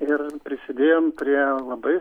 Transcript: ir prisidėjom prie labai